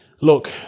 look